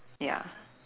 ya